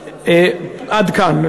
התשכ"ז 1967. עד כאן.